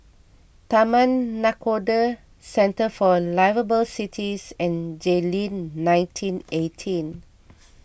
Taman Nakhoda Centre for Liveable Cities and Jayleen nineteen eighteen